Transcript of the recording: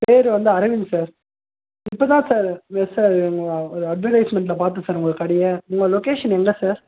பேர் வந்து அரவிந்த் சார் இப்போ தான் சார் எஸ் சார் ஒரு ஒரு அட்வர்டைஸ்மெண்ட்ல பார்த்தேன் சார் உங்கள் கடையை உங்கள் லொகேஷன் எங்கே சார்